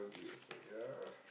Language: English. ya